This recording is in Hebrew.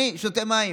אני שותה מים,